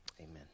amen